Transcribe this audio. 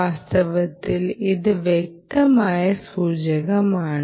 വാസ്തവത്തിൽ ഇത് വ്യക്തമായ സൂചകമാണ്